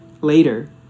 Later